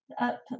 up